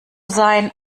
sein